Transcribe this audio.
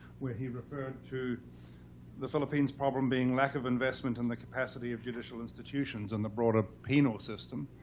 where he referred to the philippines' problem being lack of investment in the capacity of judicial institutions and the broader penal system,